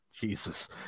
Jesus